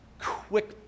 quick